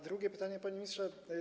Drugie pytanie, panie ministrze.